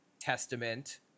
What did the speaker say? Testament